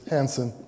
Hansen